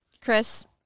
Chris